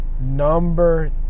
number